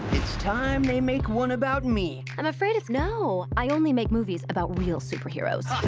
it's time they make one about me. i'm afraid it's no. i only make movies about real super heroes. ah